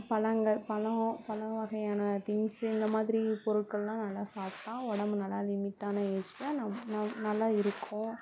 பழங்கள் பழம் பழம் வகையான டிரிங்க்ஸ் இந்த மாதிரி பொருட்கள்லாம் நல்லா சாப்பிட்டா உடம்பு நல்லா லிமிட்டான ஏஜில் நம் நம் நல்லா இருக்கும்